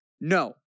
no